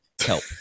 help